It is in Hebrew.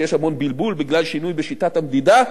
יש המון בלבול בגלל שינוי בשיטת המדידה,